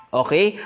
okay